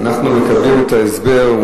אנחנו מקבלים את ההסבר.